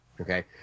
Okay